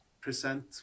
present